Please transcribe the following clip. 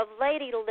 Lady